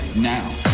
now